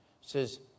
says